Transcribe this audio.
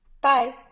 Bye